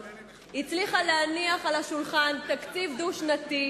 היא הצליחה להניח על השולחן תקציב דו-שנתי,